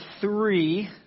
three